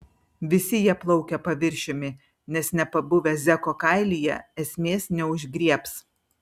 visi jie plaukia paviršiumi nes nepabuvę zeko kailyje esmės neužgriebs